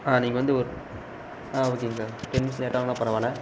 ஆ நீங்கள் வந்து ஒரு ஆ ஓகேங்க சார் டென் மினிட்ஸ் லேட்டாக வந்தால் பரவாயில்ல